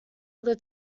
other